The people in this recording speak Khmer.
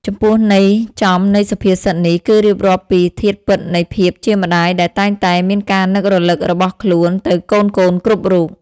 ចំពោះន័យចំនៃសុភាសិតនេះ គឺរៀបរាប់ពីធាតុពិតនៃភាពជាម្តាយដែលតែងតែមានការនឹករលឹករបស់ខ្លួនទៅកូនៗគ្រប់រូប។